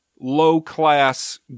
low-class